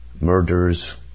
murders